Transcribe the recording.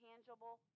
Tangible